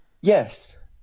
Yes